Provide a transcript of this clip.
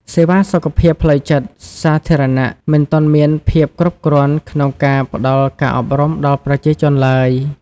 សេវាសុខភាពផ្លូវចិត្តសាធារណៈមិនទាន់មានភាពគ្រប់គ្រាន់ក្នុងការផ្តល់ការអប់រំដល់ប្រជាជនឡើយ។